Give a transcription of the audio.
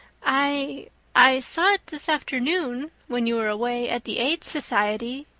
i i saw it this afternoon when you were away at the aid society,